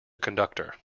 conductor